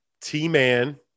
T-Man